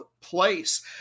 place